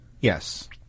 yes